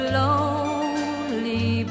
lonely